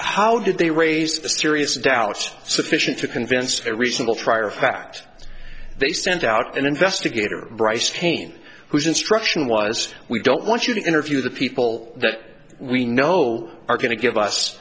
how did they raise the serious doubts sufficient to convince a reasonable trier of fact they sent out an investigator bryce payne whose instruction was we don't want you to interview the people that we know are going to give